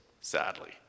Sadly